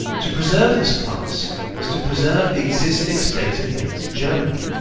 to preserve this class is to preserve the existing state of things in germany.